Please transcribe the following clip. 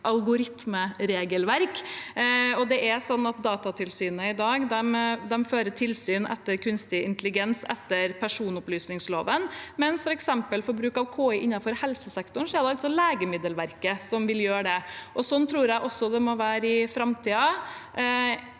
algoritmeregelverk. Datatilsynet fører i dag tilsyn med kunstig intelligens etter personopplysningsloven, mens f.eks. for bruk av KI innenfor helsesektoren er det Legemiddelverket som vil gjøre det. Sånn tror jeg også det må være i framtiden.